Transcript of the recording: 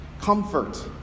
Comfort